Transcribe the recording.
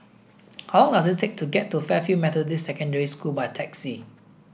how long does it take to get to Fairfield Methodist Secondary School by taxi